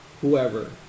whoever